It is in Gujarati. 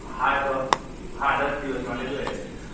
હાં તો હાં દાદ દિવસ માટે જોઈએ છે અને